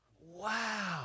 Wow